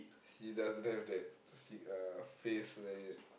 he doesn't have that si~ face where